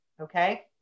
Okay